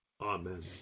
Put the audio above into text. Amen